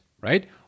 right